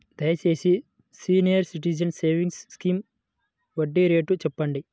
దయచేసి senior citizens savings scheme వడ్డీ rate చెప్పండి